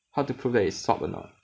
how to prove that it's swapped or not